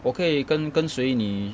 我可以跟跟随你